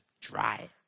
dry